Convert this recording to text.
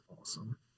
awesome